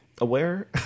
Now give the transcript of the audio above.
aware